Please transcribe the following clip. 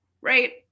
Right